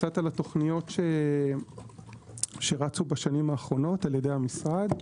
קצת על התוכניות שרצו בשנים האחרונות על ידי המשרד.